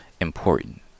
important